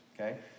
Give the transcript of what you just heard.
okay